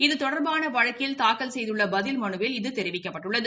இது தொடர்பான வழக்கில் தாக்கல் செய்துள்ள பதில் மனுவில் இது தெரிவிக்கப்பட்டுள்ளது